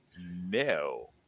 no